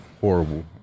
Horrible